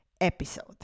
episode